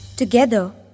Together